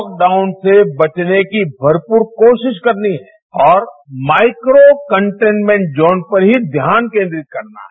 lockdown से बचने की भरपूर कोशिश करनी है और माइक्रो कंटेन्मेंट जोन पर ही ध्यान केन्द्रित करना है